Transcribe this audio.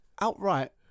outright